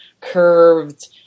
curved